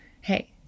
Hey